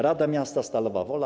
Rada miasta Stalowa Wola.